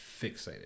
fixated